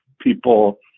people